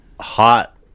hot